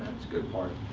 good part.